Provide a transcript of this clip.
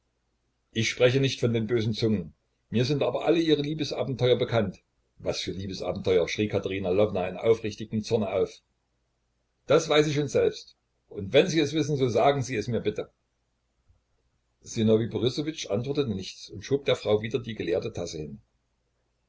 ich spreche nicht von den bösen zungen mir sind aber alle ihre liebesabenteuer bekannt was für liebesabenteuer schrie katerina lwowna in aufrichtigem zorne auf das weiß ich schon selbst und wenn sie es wissen so sagen sie es mir bitte sinowij borissowitsch antwortete nichts und schob der frau wieder die geleerte tasse hin